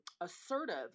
assertive